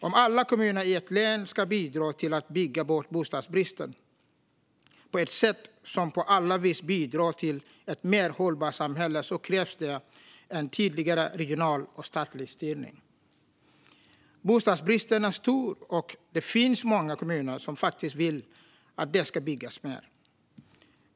Om alla kommuner i ett län ska bidra till att bygga bort bostadsbristen på ett sätt som på alla vis bidrar till ett mer hållbart samhälle krävs det en tydligare regional och statlig styrning. Bostadsbristen är stor, och det finns många kommuner som faktiskt vill att det ska byggas mer.